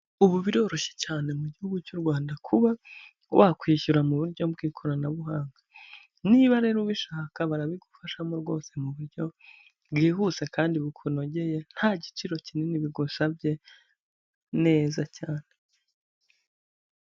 Ubu biroroshye cyane mu gihugu cy'u Rwanda kuba wakwishyura mu buryo bw'ikoranabuhanga, niba rero ubishaka barabigufashamo rwose mu buryo bwihuse kandi bukunogeye, nta giciro kinini bigusabye neza cyane.